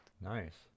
nice